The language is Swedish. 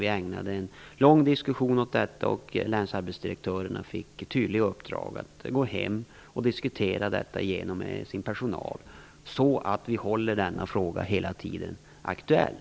Vi ägnade en lång diskussion åt detta, och länsarbetsdirektörerna fick tydliga uppdrag om att åka hem och diskutera detta med sin personal. Så vi håller hela tiden denna fråga aktuell.